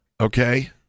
Okay